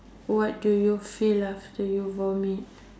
what do you feel after you vomit